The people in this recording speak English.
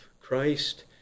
Christ